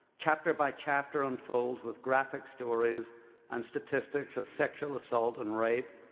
chapter by chapter unfolds with graphic stories and statistics of sexual assault and rape,